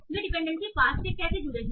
वे dependency पास से कैसे जुड़े हैं